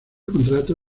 contrato